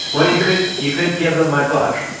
well, you could you could give them my book.